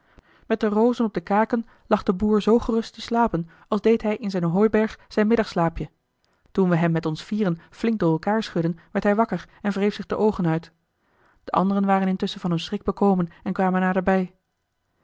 met de rozen op de kaken lag de boer zoo gerust te slapen als deed hij in zijne hooiberg zijn middagslaapje toen we hem met ons vieren flink door elkaar schudden werd hij wakker en wreef zich de oogen uit de anderen waren intusschen van hun schrik bekomen en kwamen naderbij